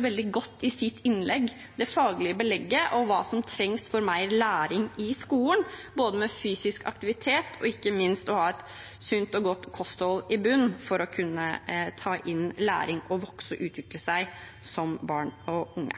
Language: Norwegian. veldig godt i sitt innlegg det faglige belegget for hva som trengs for mer læring i skolen, både fysisk aktivitet og ikke minst det å ha et sunt og godt kosthold i bunnen for å kunne ta inn læring og vokse og utvikle seg som barn og unge.